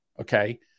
Okay